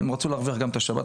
הם רצו גם להרוויח את השבת,